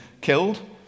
killed